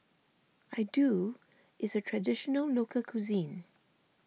Iaddu is a Traditional Local Cuisine